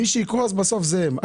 מי שיקרוס בסוף זה הם.